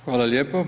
Hvala lijepo.